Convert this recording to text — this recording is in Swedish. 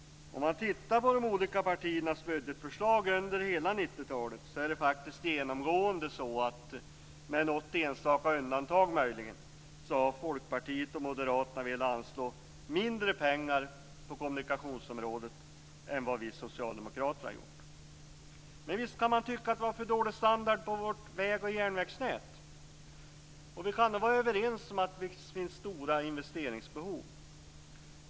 Om man tittar på de olika partiernas budgetförslag under hela 90-talet är det faktiskt genomgående så, möjligen med något enstaka undantag, att Folkpartiet och Moderaterna har velat anslå mindre pengar till kommunikationsområdet än vi socialdemokrater. Visst kan man tycka att vi har för dålig standard på vårt väg och järnvägsnät. Vi kan nog vara överens om att det finns stora investeringsbehov.